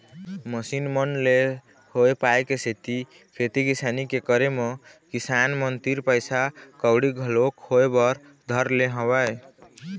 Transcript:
machine मन ले होय पाय के सेती खेती किसानी के करे म किसान मन तीर पइसा कउड़ी घलोक होय बर धर ले हवय